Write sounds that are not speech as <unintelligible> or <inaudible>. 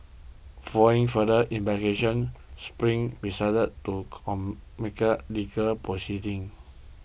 following further investigations Spring decided to <unintelligible> legal proceedings